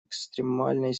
экстремальной